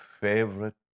favorite